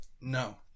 No